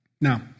Now